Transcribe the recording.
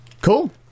Cool